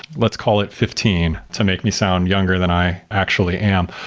let's call it fifteen to make me sound younger than i actually am.